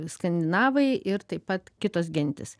skandinavai ir taip pat kitos gentys